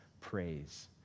praise